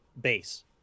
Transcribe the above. base